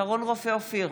שרון רופא אופיר,